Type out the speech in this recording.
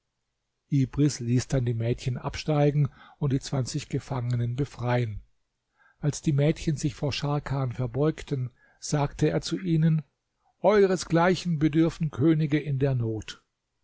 ließ dann die mädchen absteigen und die zwanzig gefangenen befreien als die mädchen sich vor scharkan verbeugten sagte er zu ihnen euresgleichen bedürfen könige in der not